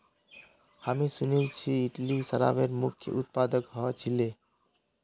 हामी सुनिल छि इटली शराबेर मुख्य उत्पादक ह छिले